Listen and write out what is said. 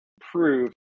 prove